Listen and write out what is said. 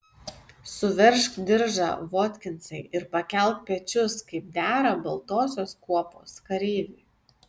suveržk diržą votkinsai ir pakelk pečius kaip dera baltosios kuopos kareiviui